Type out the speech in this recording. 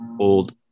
old